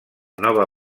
nova